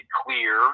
clear